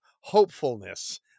hopefulness